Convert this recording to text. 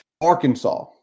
Arkansas